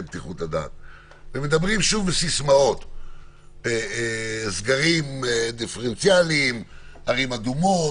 שמדברים בסיסמאות על סגרים דיפרנציאליים ועל ערים אדומות.